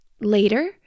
later